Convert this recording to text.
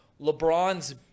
LeBron's